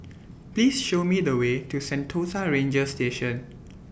Please Show Me The Way to Sentosa Ranger Station